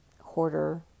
hoarder